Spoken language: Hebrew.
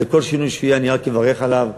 וכל שינוי שיהיה אני רק אברך עליו.